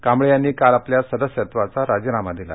कांबळे यांनी काल आपल्यासदस्यत्वाचा राजीनामा दिला